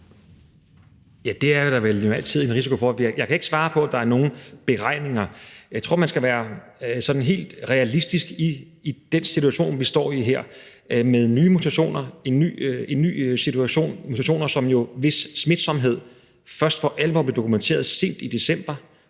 Det er der vel altid en risiko for. Jeg kan ikke svare på, om der er nogen beregninger. Jeg tror, man skal være sådan helt realistisk i den situation, vi står i her, med nye mutationer. Det er en ny situation med en mutation, hvis smitsomhed først for alvor blev dokumenteret sent i december,